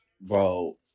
Bro